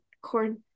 corn